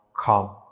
come